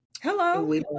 Hello